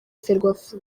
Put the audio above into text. ferwafa